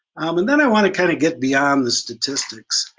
and then i want to kind of get beyond the statistics.